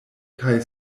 kaj